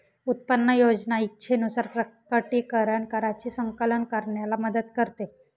उत्पन्न योजना इच्छेनुसार प्रकटीकरण कराची संकलन करण्याला मदत करते